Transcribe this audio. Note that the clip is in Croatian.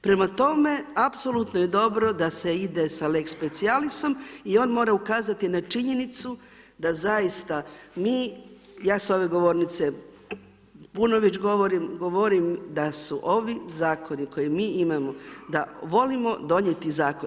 Prema tome apsolutno je dobro da se ide sa lex specialisom i on mora ukazati na činjenicu da zaista mi, ja s ove govornice puno već govorim, govorim da su ovi zakoni koje mi imamo, da volimo donijeti zakon.